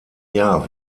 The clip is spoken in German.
jahr